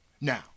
Now